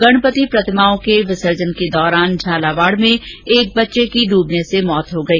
गणपति प्रतिमाओं के विसर्जन के दौरान झालावाड में एक बच्चे की डुबने से मौत हो गई